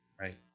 right